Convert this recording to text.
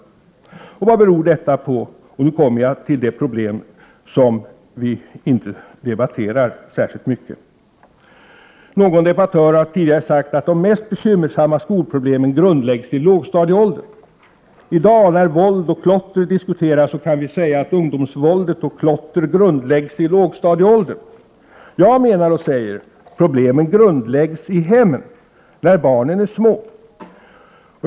Vad beror detta på? Och nu kommer jag till det problem som vi inte debatterar särskilt mycket. Någon debattör har tidigare sagt att de mest bekymmersamma skolproblemen grundläggs i lågstadieåldern. I dag, när våld och klotter diskuteras, kan vi säga att ungdomsvåld och klotter grundläggs i lågstadieåldern. Jag menar och säger: Problemen grundläggs i hemmen när barnen är små.